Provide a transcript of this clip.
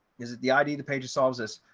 is it the id the page of solves this?